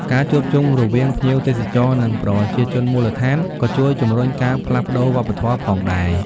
ការជួបជុំរវាងភ្ញៀវទេសចរ និងប្រជាជនមូលដ្ឋានក៏ជួយជំរុញការផ្លាស់ប្តូរវប្បធម៌ផងដែរ។